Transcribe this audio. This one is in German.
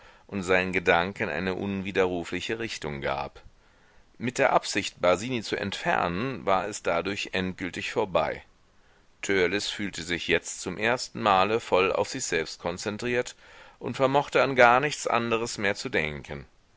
und seinen gedanken eine unwiderrufliche richtung gab mit der absicht basini zu entfernen war es dadurch endgültig vorüber törleß fühlte sich jetzt zum ersten male voll auf sich selbst konzentriert und vermochte an gar nichts anderes mehr zu denken